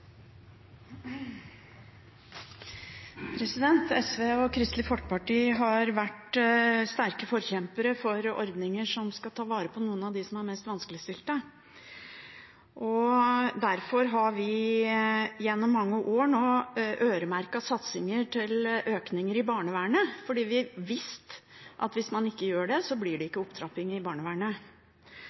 SV og Kristelig Folkeparti har vært sterke forkjempere for ordninger som skal ta vare på noen av dem som er mest vanskeligstilt. Derfor har vi gjennom mange år nå øremerket satsinger til økninger i barnevernet, fordi vi har visst at hvis man ikke gjør det, blir det ikke opptrapping i barnevernet.